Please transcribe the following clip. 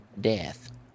death